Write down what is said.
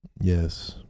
yes